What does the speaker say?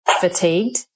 fatigued